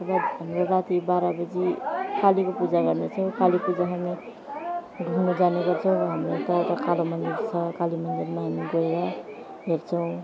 र हाम्रो राति बाह्र बजी कालीको पूजा गर्नेछौँ काली पूजा हामी घुम्नु जाने गर्छौँ हाम्रो त एउटा काली मन्दिर छ काली मन्दिरमा हामी गएर हेर्छौँ